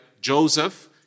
Joseph